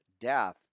death